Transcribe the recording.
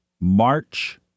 march